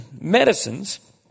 medicines